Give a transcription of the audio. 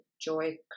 joy